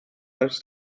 ers